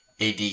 AD